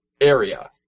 area